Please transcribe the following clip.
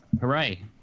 hooray